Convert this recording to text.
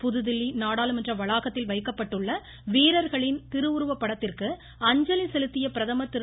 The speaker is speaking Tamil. புதுதில்லி நாடாளுமன்ற வளாகத்தில் வைக்கப்பட்டுள்ள வீரர்களின் திருவுருவப் படத்திற்கு அஞ்சலி செலுத்திய பிரதமர் திரு